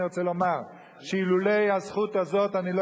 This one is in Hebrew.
אני רוצה לומר שאילולא הזכות הזאת אני לא